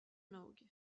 nog